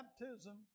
baptism